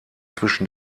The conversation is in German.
zwischen